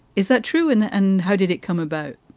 is that true? and and how did it come about?